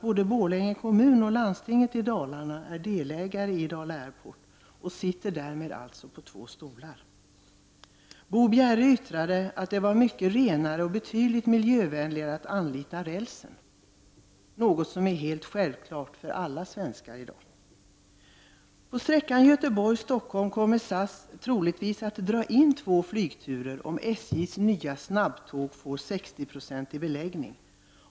Både Borlänge kommun och landstinget i Dalarna är delägare i Dala Airport och sitter därmed på två stolar. Bo Bjerre yttrade att det var betydligt mer miljövänligt att anlita rälsen, något som är helt självklart för alla svenskar i dag. På sträckan Göteborg—Stockholm kommer SAS troligen att dra in två flygturer om SJ:s nya snabbtåg får en 60-procentig beläggning.